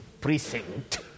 precinct